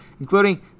including